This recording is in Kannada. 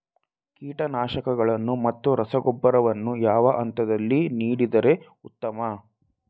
ಕೀಟನಾಶಕಗಳನ್ನು ಮತ್ತು ರಸಗೊಬ್ಬರವನ್ನು ಯಾವ ಹಂತದಲ್ಲಿ ನೀಡಿದರೆ ಉತ್ತಮ?